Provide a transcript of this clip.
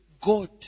God